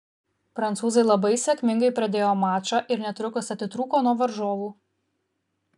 prancūzai labai sėkmingai pradėjo mačą ir netrukus atitrūko nuo varžovų